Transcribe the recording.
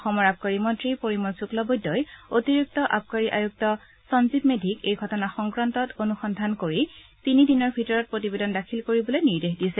অসমৰ আবকাৰী মন্ত্ৰী পৰিমল শুক্লবৈদ্যই অতিৰিক্ত আবকাৰী আয়ুক্ত সঞ্জীৱ মেধিক এই ঘটনা সংক্ৰান্তত অনুসন্ধান কৰি তিনি দিনৰ ভিতৰত প্ৰতিবেদন দাখিল কৰিবলৈ নিৰ্দেশ দিছে